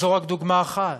זו רק דוגמה אחת.